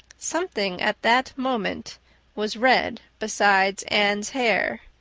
something at that moment was red besides anne's hair.